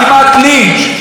כמעט לינץ',